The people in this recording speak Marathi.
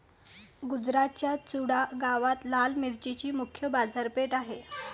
गुजरातच्या चुडा गावात लाल मिरचीची मुख्य बाजारपेठ आहे